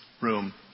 room